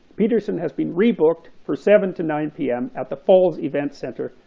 peterson has been re-booked for seven to nine pm at the falls event center,